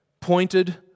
pointed